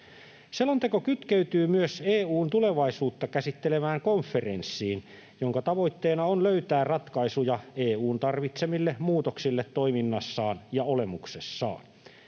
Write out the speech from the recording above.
Selonteko kytkeytyy myös EU:n tulevaisuutta käsittelevään konferenssiin, jonka tavoitteena on löytää ratkaisuja EU:n tarvitsemille muutoksille toiminnassaan ja olemuksessaan.